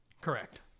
Correct